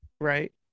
right